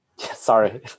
Sorry